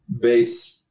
base